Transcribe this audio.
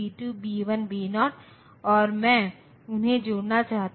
इसलिए मैं इस तरह से इस जोड़ ऑपरेशन जोड़ और घटाव ऑपरेशन को एक ही अंदाज में कर सकता हूं